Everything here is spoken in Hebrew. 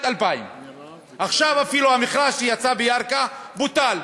2000. עכשיו אפילו המכרז שיצא בירכא בוטל,